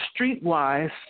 streetwise